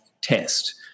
test